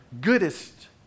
goodest